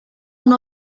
una